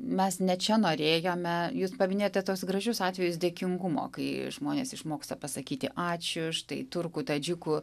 mes ne čia norėjome jūs paminėjote tuos gražius atvejus dėkingumo kai žmonės išmoksta pasakyti ačiū štai turkų tadžikų